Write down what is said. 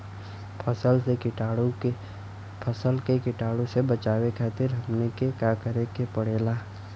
फसल के कीटाणु से बचावे खातिर हमनी के का करे के पड़ेला?